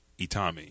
Itami